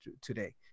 today